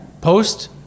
post